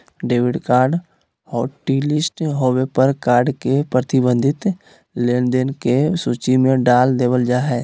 debit card hotlist होबे पर card के प्रतिबंधित लेनदेन के सूची में डाल देबल जा हय